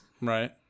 Right